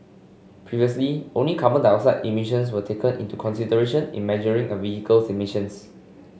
previously only carbon dioxide emissions were taken into consideration in measuring a vehicle's emissions